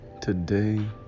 Today